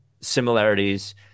similarities